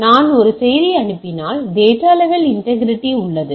நான் ஒரு செய்தியை அனுப்பினால் டேட்டா லெவல் இன்டேகிரிட்டி உள்ளது